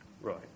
Right